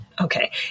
Okay